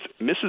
Mrs